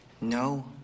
No